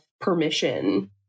permission